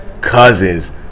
cousins